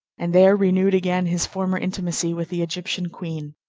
and there renewed again his former intimacy with the egyptian queen.